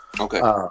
Okay